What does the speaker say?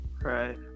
Right